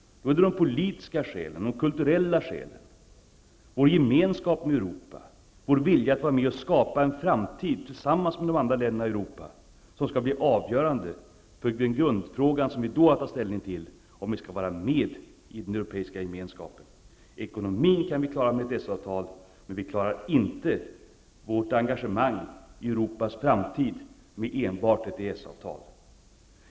Det är då politiska och kulturella skäl, vår gemenskap med Europa och vår vilja att vara med och skapa en framtid tillsammans med de andra länderna i Europa som skall vara avgörande för grundfrågan som vi har att ta ställning till -- om vi skall vara med i den europeiska gemenskapen. Ekonomin kan vi klara med ett EES-avtal, men vi klarar inte vårt engagemang i Europas framtid med enbart ett EES-avtal.